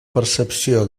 percepció